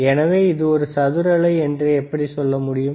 எனவே இது ஒரு சதுர அலை என்று எப்படி சொல்ல முடியும்